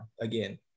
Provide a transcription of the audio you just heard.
again